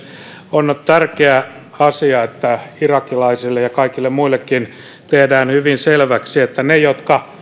on tärkeä asia että irakilaisille ja kaikille muillekin tehdään hyvin selväksi että niiden jotka